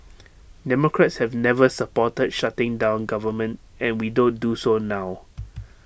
democrats have never supported shutting down government and we don't do so now